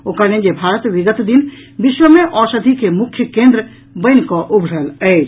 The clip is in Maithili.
ओ कहलनि जे भारत विगत दिन विश्व मे औषधि के मुख्य केन्द्र बनि कऽ उभरल अछि